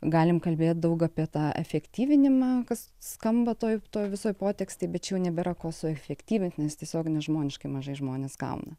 galim kalbėti daug apie tą efektyvinimą kas skamba toj visoj potekstėj bet jau nebėra ko suefektyvint nes tiesiog nežmoniškai mažai žmonės gauna